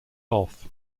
off